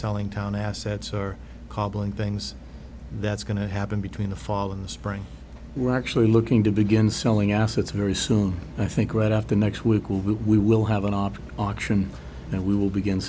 selling town assets or cobbling things that's going to happen between the fall and spring we're actually looking to begin selling assets very soon and i think right up to next week we will have an odd auction and we will begin